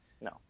no